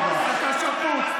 אתה שפוט.